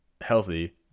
healthy